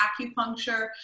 acupuncture